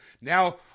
Now